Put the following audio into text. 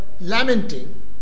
lamenting